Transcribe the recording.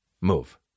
move